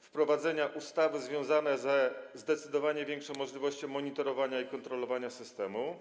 wprowadzenia ustawy związane ze zdecydowanie większą możliwością monitorowania i kontrolowania systemu?